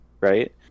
Right